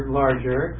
larger